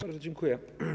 Bardzo dziękuję.